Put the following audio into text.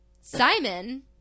Simon